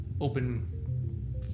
open